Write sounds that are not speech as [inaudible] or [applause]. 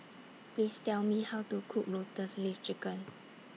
[noise] Please Tell Me How to Cook Lotus Leaf Chicken